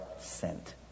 sent